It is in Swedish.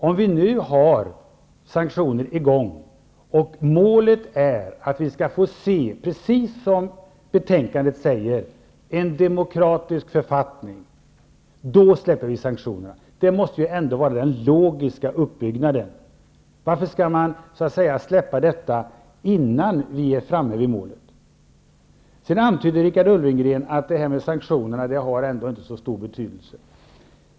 Om vi nu har sanktioner och vi skall få se, precis som det sägs i utskottets betänkande, en demokratisk författning i Sydafrika, då släpper vi sanktionerna. Detta måste väl ändå vara den logiska uppbyggnaden. Varför skall vi släppa dem innan vi är framme vid målet? Richard Ulfvengren antydde att sanktionerna inte har så stor betydelse.